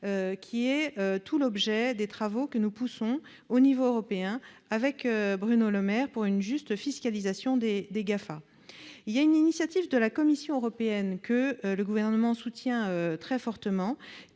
C'est tout l'objet des orientations que nous poussons au niveau européen, avec Bruno Le Maire, pour une juste fiscalisation des GAFA. Il existe une initiative de la Commission européenne, que le Gouvernement soutient très fortement,